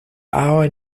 our